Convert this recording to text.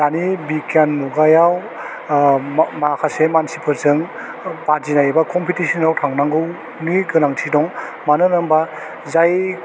दानि बिग्यान मुगायाव ओह माखासे मानसिफोरजों बादिनाय एबा कम्पिटिशनाव थांनागौनि गोनांथि दं मानो होनना होनबा जाय